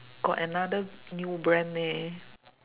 got another new brand leh